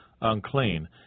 unclean